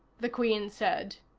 the queen said.